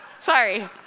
sorry